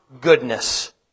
goodness